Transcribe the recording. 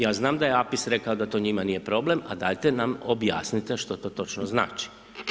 Ja znam da je Apis rekao da to njima nije problem, a dajete nam objasnite što to točno znači.